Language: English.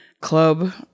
club